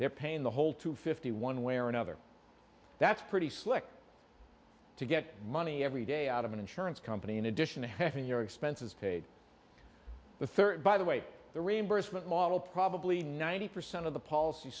they're paying the whole to fifty one way or another that's pretty slick to get money every day out of an insurance company in addition to having your expenses paid the third by the way the reimbursement model probably ninety percent of the policies